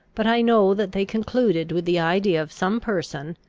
but i know that they concluded with the idea of some person,